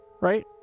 Right